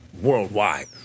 worldwide